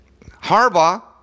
Harbaugh